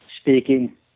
speaking